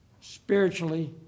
spiritually